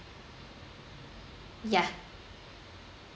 ya